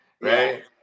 Right